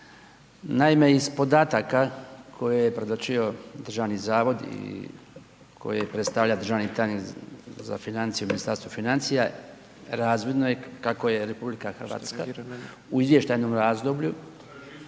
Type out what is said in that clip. Naime, iz podataka koje je predočio Državni zavod i koje je predstavlja državni tajnik za financije u Ministarstvu financija, razvidno je kako je RH u izvještajnom razdoblju